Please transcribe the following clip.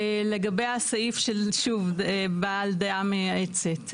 לגבי הסעיף של, שוב, בעל דעה מייעצת.